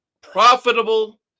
profitable